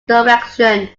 direction